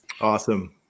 Awesome